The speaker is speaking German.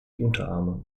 unterarme